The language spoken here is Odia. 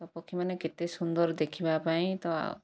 ତ ପକ୍ଷୀମାନେ କେତେ ସୁନ୍ଦର ଦେଖିବା ପାଇଁ ତ